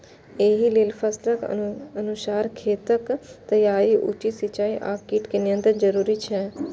एहि लेल फसलक अनुसार खेतक तैयारी, उचित सिंचाई आ कीट नियंत्रण जरूरी छै